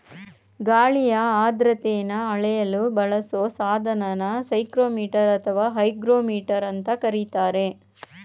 ಗಾಳಿಯ ಆರ್ದ್ರತೆನ ಅಳೆಯಲು ಬಳಸೊ ಸಾಧನನ ಸೈಕ್ರೋಮೀಟರ್ ಅಥವಾ ಹೈಗ್ರೋಮೀಟರ್ ಅಂತ ಕರೀತಾರೆ